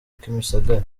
kimisagara